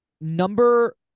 number